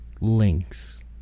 links